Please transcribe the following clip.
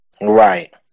Right